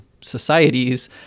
societies